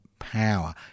power